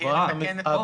בהתאם.